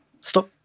stop